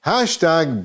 Hashtag